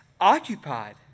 occupied